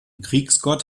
kriegsgott